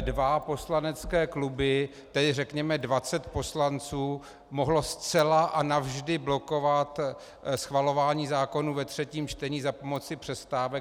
dva poslanecké kluby tedy řekněme dvacet poslanců mohlo zcela a navždy blokovat schvalování zákonů ve třetím čtení za pomoci přestávek.